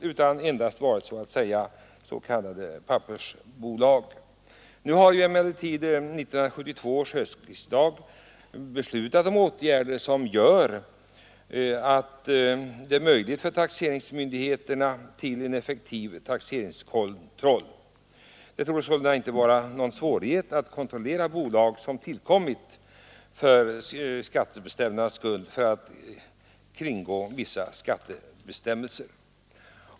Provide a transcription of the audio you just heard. Nu har emellertid 1972 års höstriksdag beslutat om åtgärder som gör det möjligt för taxeringsmyndigheterna att utöva en effektiv taxeringskontroll. Det torde sålunda inte vara någon svårighet att kontrollera bolag som tillkommit därför att man velat kringgå vissa skattebestämmelser.